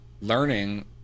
learning